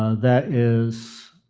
that is